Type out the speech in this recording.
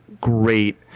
great